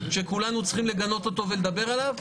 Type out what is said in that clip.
שכולנו צריכים לגנות אותו ולדבר עליו,